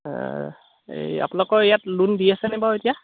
এই আপোনালোকৰ ইয়াত লোন দি আছেনে বাৰু এতিয়া